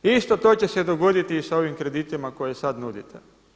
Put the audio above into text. Isto to će se dogoditi i sa ovim kreditima koje sada nudite.